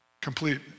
Complete